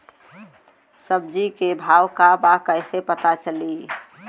सब्जी के भाव का बा कैसे पता चली?